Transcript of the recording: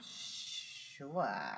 sure